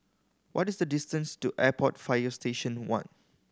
what is the distance to Airport Fire Station One